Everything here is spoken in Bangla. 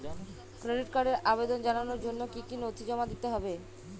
ক্রেডিট কার্ডের আবেদন জানানোর জন্য কী কী নথি জমা দিতে হবে?